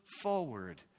forward